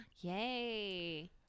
Yay